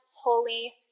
holy